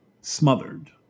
smothered